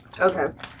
Okay